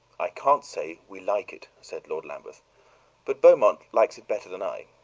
i can't say we like it, said lord lambeth but beaumont likes it better than i.